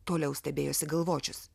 toliau stebėjosi galvočius